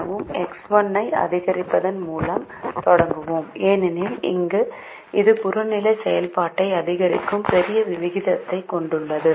எனவே X 1 ஐ அதிகரிப்பதன் மூலம் தொடங்குவோம் ஏனெனில் இது புறநிலை செயல்பாட்டை அதிகரிக்கும் பெரிய விகிதத்தைக் கொண்டுள்ளது